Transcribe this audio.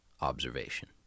observation